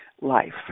life